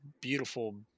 beautiful